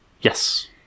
yes